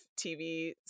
tv